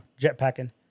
jetpacking